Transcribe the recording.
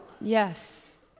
Yes